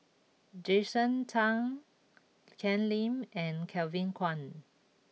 Jason Chan Ken Lim and Kevin Kwan